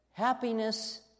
Happiness